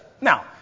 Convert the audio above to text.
Now